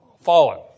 fallen